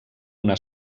una